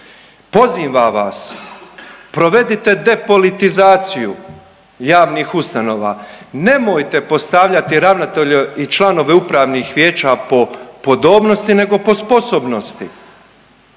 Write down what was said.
Pozivam vas provedite depolitizaciju javnih ustanova. Nemojte postavljati ravnatelje i članove upravnih vijeća po podobnosti, nego po sposobnosti.